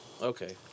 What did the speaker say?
Okay